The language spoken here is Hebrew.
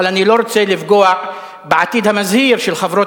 אבל אני לא רוצה לפגוע בעתיד המזהיר של חברת